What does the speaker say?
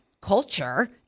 culture